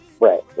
right